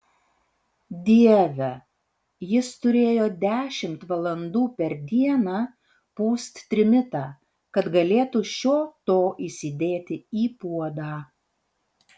dieve jis turėjo dešimt valandų per dieną pūst trimitą kad galėtų šio to įsidėti į puodą